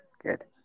good